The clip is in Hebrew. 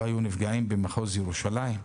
לא היו נפגעים במחוז ירושלים?